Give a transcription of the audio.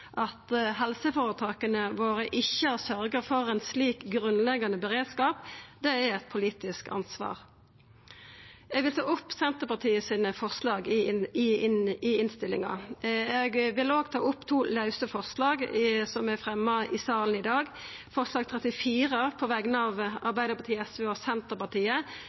At helseføretaka våre ikkje har sørgt for ein slik grunnleggjande beredskap, er eit politisk ansvar. Eg vil ta opp Senterpartiet sine forslag i innstillinga. Eg vil òg ta opp to forslag som er fremja i salen i dag. Det er forslag nr. 34, på vegner av Arbeidarpartiet, SV og Senterpartiet,